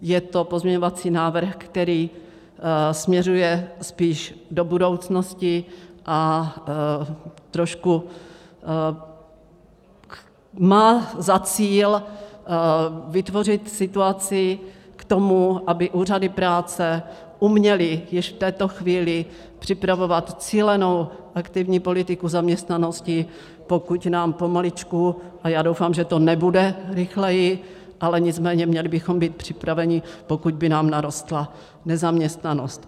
Je to pozměňovací návrh, který směřuje spíš do budoucnosti a má za cíl vytvořit situaci k tomu, aby úřady práce uměly už v této chvíli připravovat cílenou aktivní politiku zaměstnanosti, pokud by nám pomaličku a já doufám, že to nebude rychleji, nicméně měli bychom být připraveni narostla nezaměstnanost.